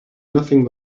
nothing